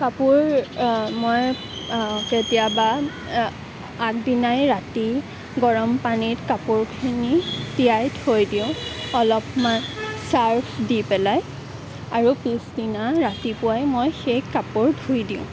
কাপোৰ মই কেতিয়াবা আগদিনাই ৰাতি গৰম পানীত কাপোৰখিনি তিয়াই থৈ দিওঁ অলপমান চাৰ্ফ দি পেলাই আৰু পিছদিনা ৰাতিপুৱাই মই সেই কাপোৰ ধুই দিওঁ